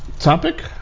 topic